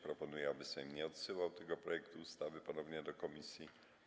Proponuję, aby Sejm nie odsyłał tego projektu ustawy ponownie do komisji.